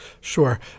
Sure